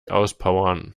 auspowern